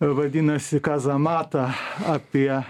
vadinasi kazamata apie